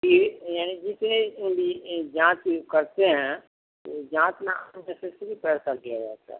کہ یعنی جتنے بھی جانچ کرتے ہیں جانچ میں اننیسسری پیسہ دیا جاتا ہے